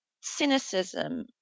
cynicism